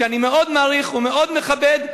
שאני מאוד מעריך ומאוד מכבד,